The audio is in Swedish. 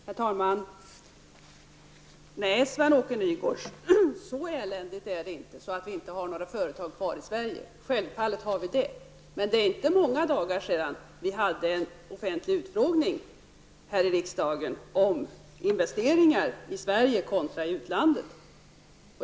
Herr talman! Nej, Sven-Åke Nygårds, det är inte så eländigt att vi inte har några företag kvar i Sverige. Självfallet har vi det. Men det är inte många dagar sedan som vi hade en offentlig utskottsutfrågning här i riksdagen om investeringar i Sverige kontra i utlandet.